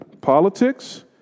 Politics